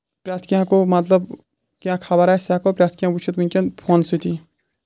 پرٛؠتھ کینٛہہ گوٚو مطلب کینٛہہ خبر آسہِ سُہ ہؠکو پرٛؠتھ کینٛہہ وٕچھِتھ وٕنکؠن فونہٕ سۭتی